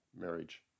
marriage